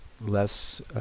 less